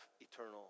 eternal